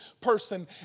person